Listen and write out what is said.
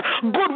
good